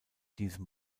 diesem